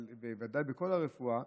אבל בוודאי בכל הרפואה,